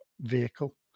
vehicle